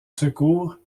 secours